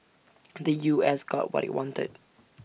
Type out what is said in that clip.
the U S got what IT wanted